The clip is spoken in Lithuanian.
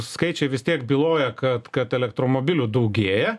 skaičiai vis tiek byloja kad kad elektromobilių daugėja